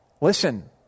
listen